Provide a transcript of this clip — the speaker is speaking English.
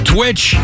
Twitch